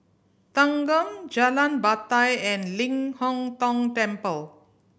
Thanggam Jalan Batai and Ling Hong Tong Temple